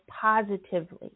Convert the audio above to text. positively